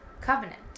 covenant